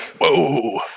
Whoa